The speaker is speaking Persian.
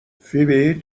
فیبی